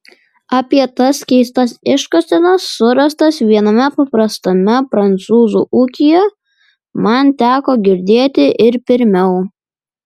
apie tas keistas iškasenas surastas viename paprastame prancūzų ūkyje man teko girdėti ir pirmiau